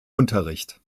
unterricht